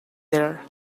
there